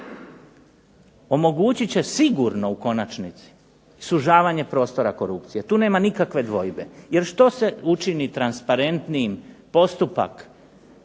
omogućit će sigurno u konačnici sužavanje prostora korupcije, tu nema nikakve dvojbe. Jer što se učini transparentnijim postupak,